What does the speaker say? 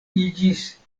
iĝis